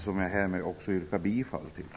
Jag yrkar härmed bifall till meningsyttringen.